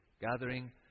gathering